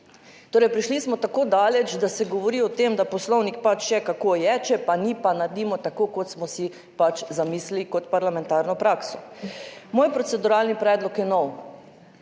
Torej, prišli smo tako daleč, da se govori o tem, da Poslovnik pač še kako je, če pa ni pa naredimo tako kot smo si pač zamislili kot parlamentarno prakso. Moj proceduralni predlog je nov